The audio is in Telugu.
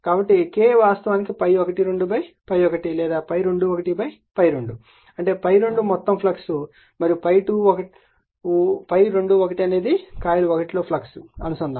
కాబట్టి K వాస్తవానికి ∅12 ∅1 లేదా ∅21 ∅2 అంటే ∅2 మొత్తం ఫ్లక్స్ మరియు ∅21 అనేది కాయిల్ 1 లో ఫ్లక్స్ అనుసంధానం